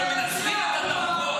מי דיבר על פשיעה?